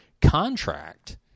contract